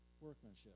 workmanship